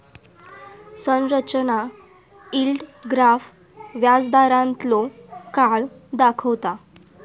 संरचना yield graph व्याजदारांतलो काळ दाखवता